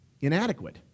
inadequate